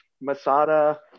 Masada